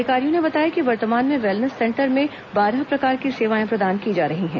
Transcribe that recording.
अधिकारियो ने बताया कि वर्तमान में वेलनेस सेंटर में बारह प्रकार की सेवाएं प्रदान की जा रही हैं